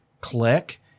click